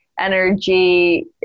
energy